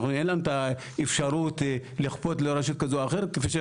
אין לנו את האפשרות לכפות על רשות כזו או אחרת.